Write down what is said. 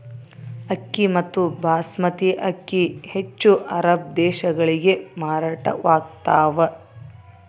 ಅಕ್ಕಿ ಮತ್ತು ಬಾಸ್ಮತಿ ಅಕ್ಕಿ ಹೆಚ್ಚು ಅರಬ್ ದೇಶಗಳಿಗೆ ಮಾರಾಟವಾಗ್ತಾವ